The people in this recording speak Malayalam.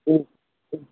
മ്മ് മ്